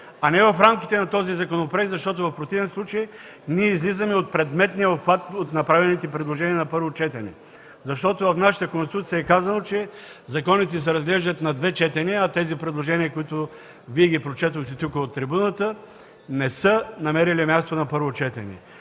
а не в рамките на този законопроект, защото в противен случай излизаме от предметния обхват от направените предложения на първо четене. В нашата Конституция е казано, че законите се разглеждат на две четения, а тези предложения, които Вие прочетохте тук, от трибуната, не са намерили място на първо четене.